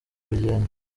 urugendo